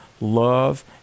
love